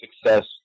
success